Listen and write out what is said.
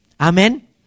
Amen